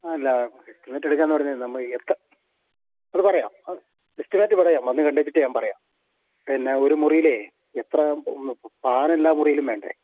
അല്ലാ എന്നിട്ടെടുക്കാമെന്നു പറഞ്ഞായിരുന്നു നമ്മള് എത്ര അതു പറയാം എസ്റ്റിമേറ്റ് പറയാം വന്നു കണ്ടേച്ചിട്ട് ഞാന് പറയാം പിന്നെ ഒരു മുറിയിലേ എത്ര ഫാനെല്ലാ മുറിയിലും വേണ്ടേ